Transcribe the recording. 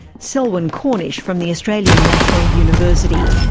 selwyn cornish from the australian national university.